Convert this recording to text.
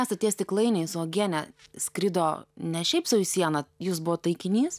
asta tie stiklainiai su uogiene skrido ne šiaip sau į sieną jūs buvot taikinys